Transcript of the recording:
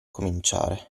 cominciare